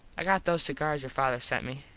i got those cigars your father sent me.